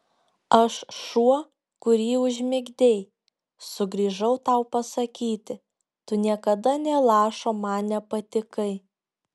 aš šuo kurį užmigdei sugrįžau tau pasakyti tu niekada nė lašo man nepatikai